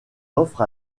offre